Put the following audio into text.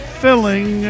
filling